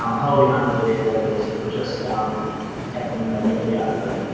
um wholly unaware that it was sort of just um taking the mickey out of him.